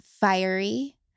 fiery